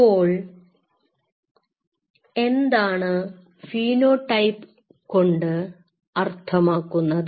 അപ്പോൾ എന്താണ് ഫീനോടൈപ്പ് കൊണ്ട് അർത്ഥമാക്കുന്നത്